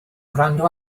gwrando